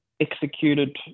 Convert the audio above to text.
executed